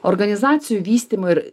organizacijų vystymo ir